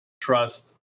Trust